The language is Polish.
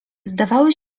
zdawały